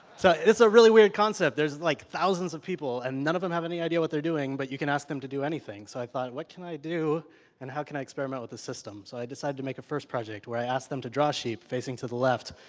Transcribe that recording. so it's a really weird concept. there's like thousands of people, and none of them have any idea what they're doing but you can ask them to do anything. so i thought what can i do and how can experiment with the system? so i decide to make a first project where i asked them to draw sheep facing to the left.